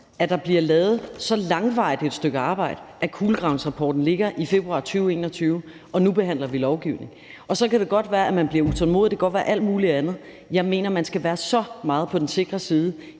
når der bliver lavet så langvarigt et stykke arbejde, at kulegravningsrapporten ligger i februar 2021, og nu behandler vi lovgivning. Så kan det godt være, at man bliver utålmodig. Det kan godt være alt muligt andet. Jeg mener, at man skal være så meget på den sikre side,